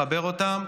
לחבר אותם.